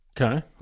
Okay